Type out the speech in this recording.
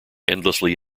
endlessly